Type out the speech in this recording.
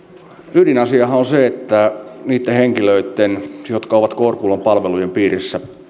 ydinasiahan on se että niitten henkilöitten jotka ovat kårkullan palvelujen piirissä